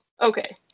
Okay